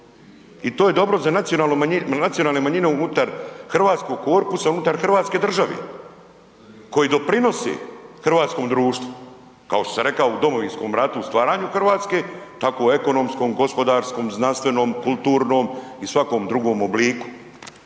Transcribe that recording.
i to je dobro za nacionalne manjine unutra hrvatskog korpusa, unutar hrvatske države koji doprinosi hrvatskom društvu kao što sam rekao u Domovinskom ratu, u stvaranju Hrvatske, tako i ekonomskom, gospodarskom, znanstvenom, kulturnom i svakom drugom obliku.